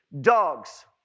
Dogs